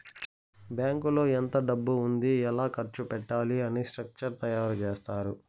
బ్యాంకులో ఎంత డబ్బు ఉంది ఎలా ఖర్చు పెట్టాలి అని స్ట్రక్చర్ తయారు చేత్తారు